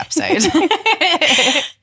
episode